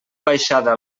baixada